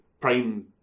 prime